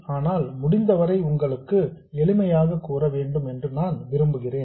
ஆனால் முடிந்தவரை உங்களுக்கு எளிமையாக கூற வேண்டும் என்று நான் விரும்புகிறேன்